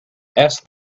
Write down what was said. asked